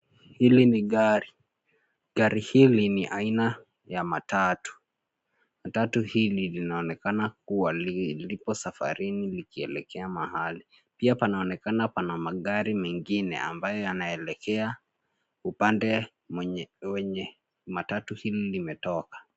Hili ni gari. Gari hili ni aina ya matatu. Matatu hili linaonekana kuwa lipo safarini likielekea mahali, pia panaonekana pana magari mengine ambayo yanaelekea upande wenye matatu hili limetoka.